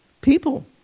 People